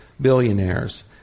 Billionaires